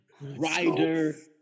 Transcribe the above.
Rider